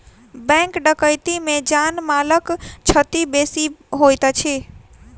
bank डकैती मे जान मालक क्षति बेसी होइत अछि